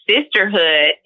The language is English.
sisterhood